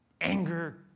anger-